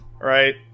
right